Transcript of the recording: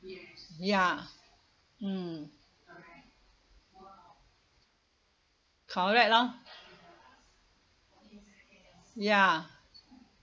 ya mm correct lor ya